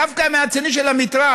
דווקא מהצד השני של המתרס: